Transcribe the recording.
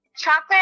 chocolate